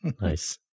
Nice